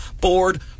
board